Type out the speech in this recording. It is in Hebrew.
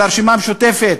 על הרשימה המשותפת,